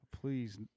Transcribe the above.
Please